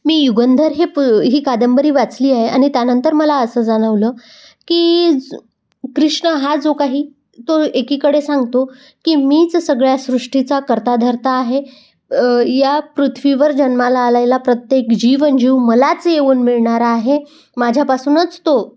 मी युगंधर हे प ही कादंबरी वाचली आहे आणि त्यानंतर मला असं जाणवलं की कृष्ण हा जो काही तो एकीकडे सांगतो की मीच सगळ्या सृष्टीचा कर्ताधर्ता आहे या पृथ्वीवर जन्माला आलेला प्रत्येक जीव न जीव मलाच येऊन मिळणार आहे माझ्यापासूनच तो